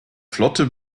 flotte